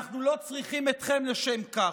אנחנו לא צריכים אתכם לשם כך.